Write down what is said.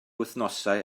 wythnosau